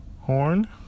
horn